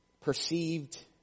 perceived